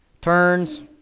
turns